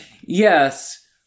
Yes